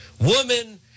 woman